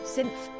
Synth